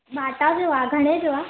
बाटा जो आहे घणे जो आहे